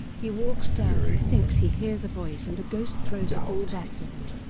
he walks down and thinks he hears a voice and a ghost throws a ball back to him.